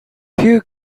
few